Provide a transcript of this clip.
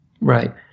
right